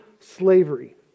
slavery